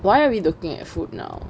why are we looking at food now